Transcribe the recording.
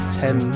ten